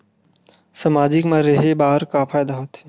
सामाजिक मा रहे बार का फ़ायदा होथे?